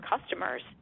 customers